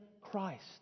Christ